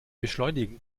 beschleunigen